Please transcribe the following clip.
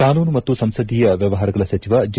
ಕಾನೂನು ಮತ್ತು ಸಂಸದೀಯ ವ್ನಮಾರಗಳ ಸಚಿವ ಜೆ